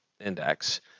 index